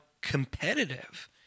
competitive